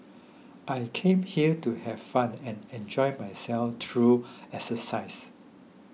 I came here to have fun and enjoy myself through exercise